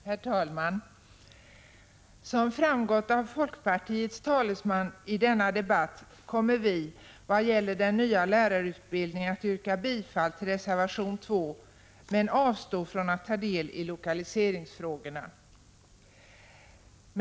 Herr talman! Som framgått av vad folkpartiets talesman sagt i denna debatt kommer vi i vad gäller den nya lärarutbildningen att yrka bifall till reservation 2 men avstå från att ta ställning i lokaliseringsfrågorna.